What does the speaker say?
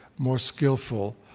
more skillful?